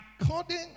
According